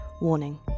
Warning